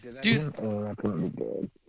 Dude